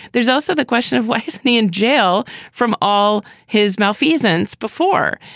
there's also the question of why isn't he in jail from all his malfeasance before?